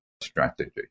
strategy